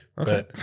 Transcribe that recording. Okay